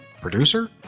producer